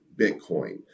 Bitcoin